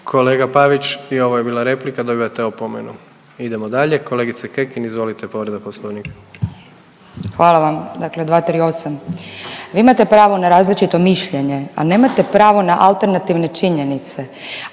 Kolega Pavić i ovo je bila replika dobivate opomenu. Idemo dalje kolegice Kekin izvolite povreda poslovnika. **Kekin, Ivana (NL)** Hvala vam. Dakle, 238., vi imate pravo na različito mišljenje, a nemate pravo na alternativne činjenice,